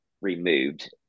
removed